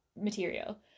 material